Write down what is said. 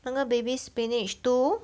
那个 baby spinach too